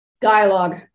Dialogue